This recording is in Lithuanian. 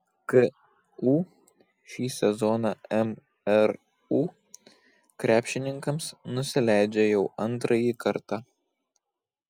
ku šį sezoną mru krepšininkams nusileidžia jau antrąjį kartą